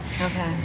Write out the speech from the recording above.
Okay